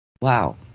wow